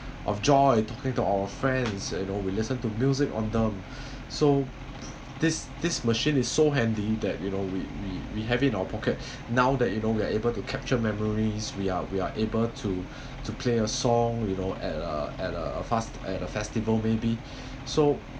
of joy talking to our friends you know we listen to music on them so this this machine is so handy that you know we we we have in our pocket now that you know we are able to capture memories we are we are able to to play a song you know at a at a fast~ at a festival maybe so